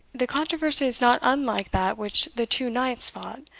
the controversy is not unlike that which the two knights fought,